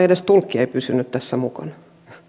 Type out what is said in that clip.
edes tulkki ei pysynyt tässä mukana